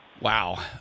Wow